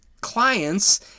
clients